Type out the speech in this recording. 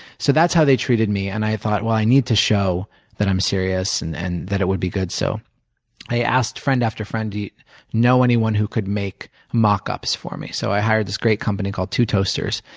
so that's how they treated me and i thought, well, i need to show that i'm serious and and that it would be good. so i asked friend after friend, do you know anyone who could make mockups for me? so i hired this great company called two toasters